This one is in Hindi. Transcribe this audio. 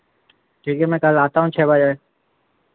ठीक है मैं कल आता हूँ छः बजे